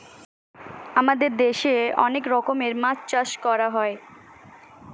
আমাদের দেশে অনেক রকমের মাছ চাষ করা হয়